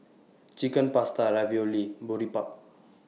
Chicken Pasta Ravioli and Boribap